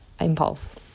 impulse